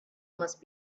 must